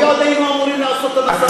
עם מי עוד היינו אמורים לעשות את המשא-ומתן?